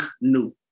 new